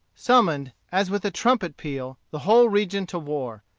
summoned, as with a trumpet peal, the whole region to war.